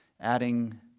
adding